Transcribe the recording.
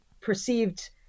perceived